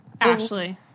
Ashley